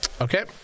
Okay